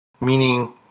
Meaning